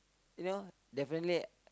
you know definitely